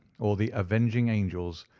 or the avenging angels,